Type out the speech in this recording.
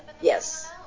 Yes